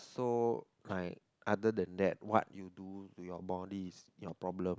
so like other than that what you do to your bodies is your problem